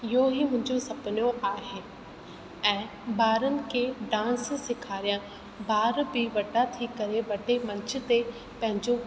इहो ई मुंहिंजो सुपिनो आहे ऐं ॿारनि खे डांस सेखारियां ॿार बि वॾा थी करे वॾे मंच ते पंहिंजो